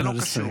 זה לא קשור.